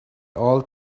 all